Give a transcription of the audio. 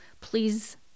please